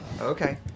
Okay